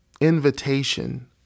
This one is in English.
invitation